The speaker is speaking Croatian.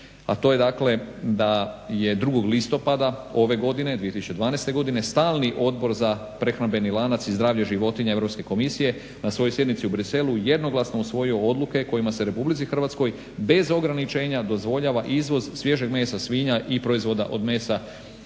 a to je dakle da je 2. listopada ove godine 2012. godine stalni Odbor za prehrambeni lanac i zdravlje životinja Europske komisije na svojoj sjednici u Bruxellesu jednoglasno usvojio odluke kojima se RH bez ograničenja dozvoljava izvoz svježeg mesa svinja i proizvoda od mesa svinja